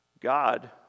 God